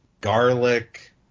garlic